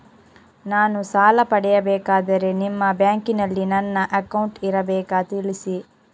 ನಾನು ಸಾಲ ಪಡೆಯಬೇಕಾದರೆ ನಿಮ್ಮ ಬ್ಯಾಂಕಿನಲ್ಲಿ ನನ್ನ ಅಕೌಂಟ್ ಇರಬೇಕಾ ತಿಳಿಸಿ?